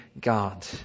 God